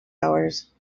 hours